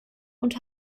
und